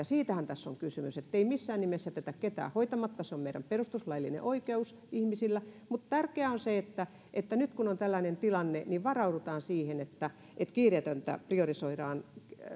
siitähän tässä on kysymys ettei missään nimessä jätetä ketään hoitamatta se on meidän perustuslaillinen oikeus ihmisillä mutta tärkeää on se että että nyt kun on tällainen tilanne varaudutaan siihen että että kiireetöntä priorisoidaan